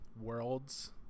worlds